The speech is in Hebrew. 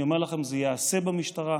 אני אומר לכם, זה ייעשה במשטרה.